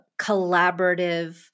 collaborative